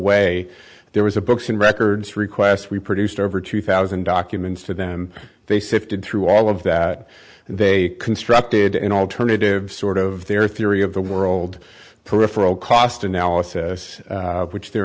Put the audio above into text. way there was a books and records request we produced over two thousand documents to them they sifted through all of that and they constructed an alternative sort of their theory of the world peripheral cost analysis which they're